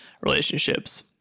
relationships